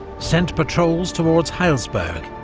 sent patrols towards heilsberg,